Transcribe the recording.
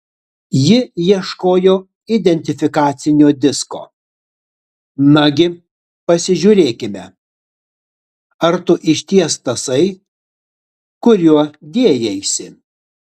ji ieškojo identifikacinio disko nagi pasižiūrėkime ar tu išties tasai kuriuo dėjaisi